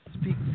speak